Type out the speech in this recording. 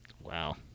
Wow